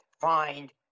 find